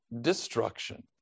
destruction